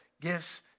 gifts